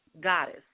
goddess